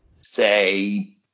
say